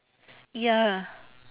ya